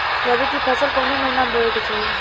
रबी की फसल कौने महिना में बोवे के चाही?